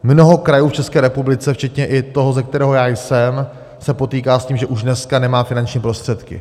Mnoho krajů v České republice včetně i toho, ze kterého jsem já, se potýká s tím, že už dneska nemají finanční prostředky.